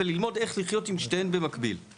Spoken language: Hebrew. וללמוד איך לחיות עם שתיהן במקביל.